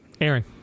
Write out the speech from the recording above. Aaron